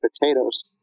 potatoes